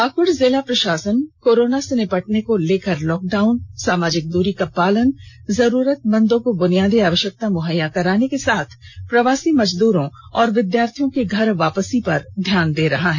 पाकुड जिला प्रषासन कोरोना से निपटने को लेकर लॉकडाउन सामाजिक दूरी का पालन जरूरतमंदों को बुनियादी आवश्यकताएं मुहैया कराने के साथ प्रवासी मजद्रों और विद्यार्थियों की घर वापसी पर ध्यान दे रहा है